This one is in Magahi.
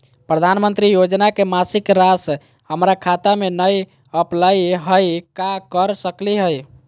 प्रधानमंत्री योजना के मासिक रासि हमरा खाता में नई आइलई हई, का कर सकली हई?